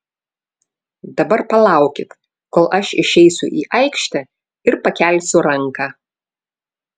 dabar palaukit kol aš išeisiu į aikštę ir pakelsiu ranką